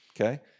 Okay